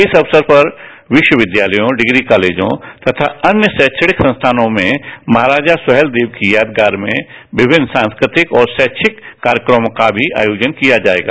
इस अवसर पर विश्वविद्यालयों डिग्री कालेजो तथा अन्य शैक्षणिक संस्थानों में महाराजा सुहेलदेव की यादगार में विभिन्न सांस्कृतिक और शैक्षिक कार्यक्रमों का भी आयोजन किया जाएगा